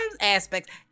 aspects